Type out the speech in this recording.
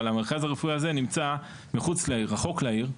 אבל המרכז הרפואי הזה נמצא מחוץ לעיר, רחוק לעיר.